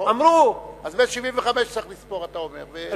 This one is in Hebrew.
אז מ-1975 צריך לספור, אתה אומר.